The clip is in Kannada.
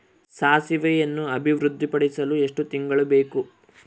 ಸಾಸಿವೆಯನ್ನು ಅಭಿವೃದ್ಧಿಪಡಿಸಲು ಎಷ್ಟು ತಿಂಗಳು ಬೇಕು?